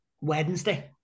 Wednesday